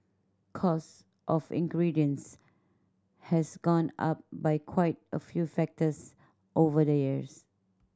cost of ingredients has gone up by quite a few factors over the years